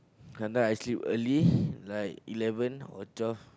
sometime I sleep early like eleven or twelve